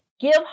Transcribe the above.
Give